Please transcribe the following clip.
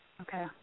Okay